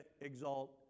exalt